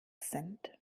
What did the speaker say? sind